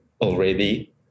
already